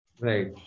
Right